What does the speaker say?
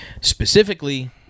specifically